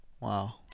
Wow